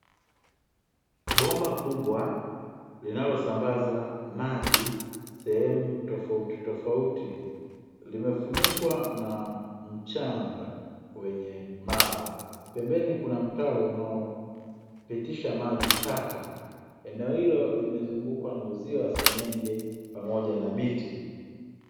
Bomba kubwa linalosambaza maji sehemu tofauti tofauti limefunikwa na mchanga wenye mawe, pembeni kuna mtaro unaopitisha maji taka eneo hilo limezungukwa na uzio wa senyenge pamoja na miti.